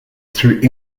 through